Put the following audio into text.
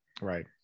Right